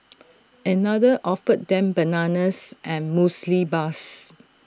another offered them bananas and Muesli Bars